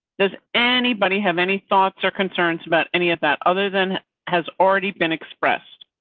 does anybody have any thoughts or concerns about any of that other than has already been expressed?